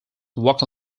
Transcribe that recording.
walk